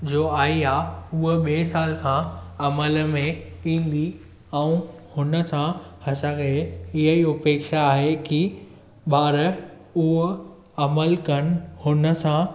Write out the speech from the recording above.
जो आई आहे उहा ॿिए साल खां अमल में ईंदी ऐं हुन सां असांखे ईअं ई उपेक्षा आहे की ॿार उहा अमल कनि हुन सां